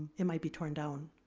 it might be torn down,